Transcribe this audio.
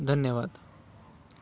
धन्यवाद